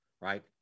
right